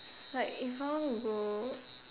like if I want to go